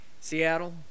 Seattle